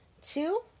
Two